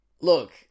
Look